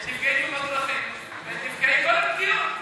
את נפגעי תאונות הדרכים ואת נפגעי כל הפגיעות?